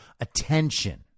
attention